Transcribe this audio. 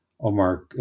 Omar